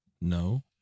No